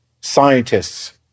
scientists